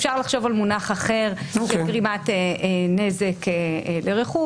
אפשר לחשוב על מונח אחר של גרימת נזק לרכוש.